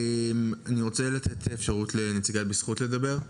אני רוצה לתת אפשרות לנציגת בזכות לדבר.